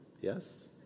Yes